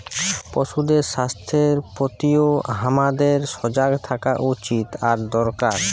পশুদের স্বাস্থ্যের প্রতিও হামাদের সজাগ থাকা উচিত আর দরকার